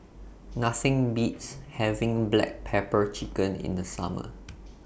Nothing Beats having Black Pepper Chicken in The Summer